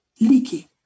leaky